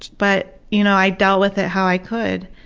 but you know i dealt with it how i could,